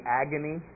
agony